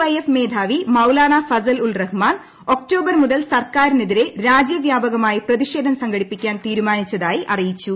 I F മേധാവി Maulana Fazal ur Rehman October മുതൽ സർക്കാരിനെതിരെ രാജ്യവ്യാപകമായി പ്രതിഷേധം സംഘടിപ്പിക്കാൻ തീരുമാനിച്ചതായി അറിയിച്ചു